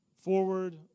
forward